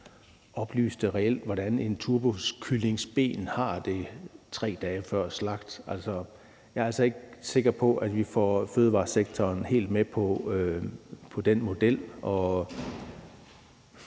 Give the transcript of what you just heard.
oplyste reelt, hvordan en turbokyllings ben har det 3 dage før slagtning. Men altså, jeg er ikke helt sikker på, at vi får fødevaresektoren med på den model,